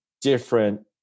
different